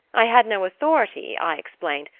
i had no authority, i explained,